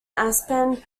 aspen